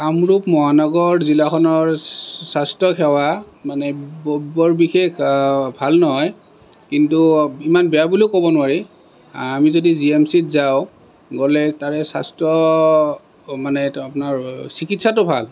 কামৰূপ মহানগৰ জিলাখনৰ স্বাস্থ্যসেৱা মানে বৰ বৰ বিশেষ ভাল নহয় কিন্তু ইমান বেয়া বুলিও ক'ব নোৱাৰি আমি যদি জি এম চিত যাওঁ গ'লে তাৰে স্বাস্থ্য মানে এইটো আপোনাৰ চিকিৎসাটো ভাল